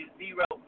zero